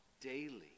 daily